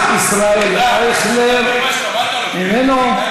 רק חורבן אתה תביא עלינו.